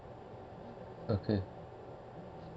okay